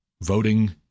voting